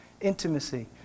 intimacy